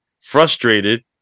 frustrated